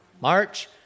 March